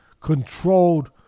controlled